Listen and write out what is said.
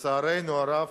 לצערנו הרב,